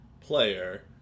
player